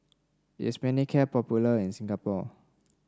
is Manicare popular in Singapore